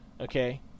Okay